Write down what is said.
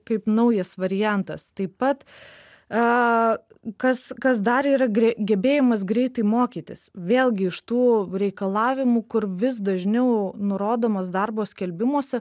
kaip naujas variantas taip pat a kas kas dar yra gre gebėjimas greitai mokytis vėlgi iš tų reikalavimų kur vis dažniau nurodomas darbo skelbimuose